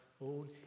own